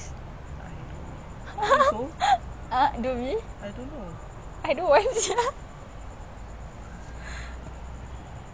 you want like just keep quiet right and then tiba-tiba segan takutkan dia orang why is it quiet ah